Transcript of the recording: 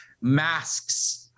masks